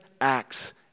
acts